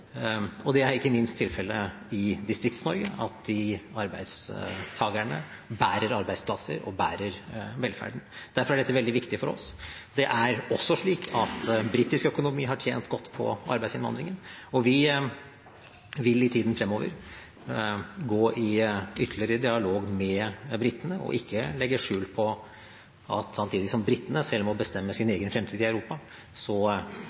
Det er ikke minst tilfelle i Distrikts-Norge at de arbeidstakerne bærer arbeidsplasser, og bærer velferden. Derfor er dette veldig viktig for oss. Det er også slik at britisk økonomi har tjent godt på arbeidsinnvandringen. Vi vil i tiden fremover gå i ytterligere dialog med britene og ikke legge skjul på at samtidig som britene selv må bestemme sin egen fremtid i Europa,